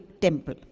temple